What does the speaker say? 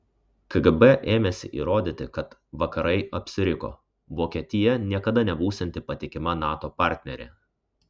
kgb ėmėsi įrodyti kad vakarai apsiriko vokietija niekada nebūsianti patikima nato partnerė